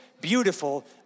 beautiful